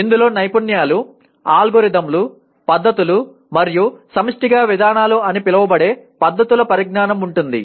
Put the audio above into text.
ఇందులో నైపుణ్యాలు అల్గోరిథంలు పద్ధతులు మరియు సమిష్టిగా విధానాలు అని పిలువబడే పద్ధతుల పరిజ్ఞానం ఉంటుంది